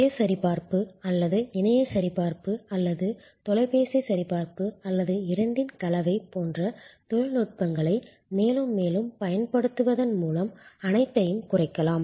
சுய சரிபார்ப்பு அல்லது இணையச் சரிபார்ப்பு அல்லது தொலைபேசி சரிபார்ப்பு அல்லது இரண்டின் கலவை போன்ற தொழில்நுட்பங்களை மேலும் மேலும் பயன்படுத்துவதன் மூலம் அனைத்தையும் குறைக்கலாம்